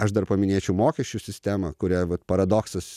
aš dar paminėčiau mokesčių sistemą kurią vat paradoksas